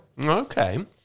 Okay